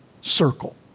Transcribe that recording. circle